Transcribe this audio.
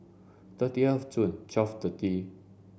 thirty of the